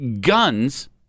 guns